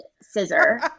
scissor